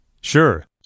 Sure